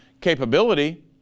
capability